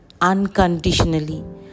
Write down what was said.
unconditionally